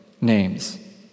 names